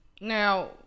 Now